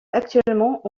actuellement